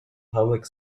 public